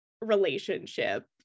relationship